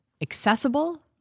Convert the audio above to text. Accessible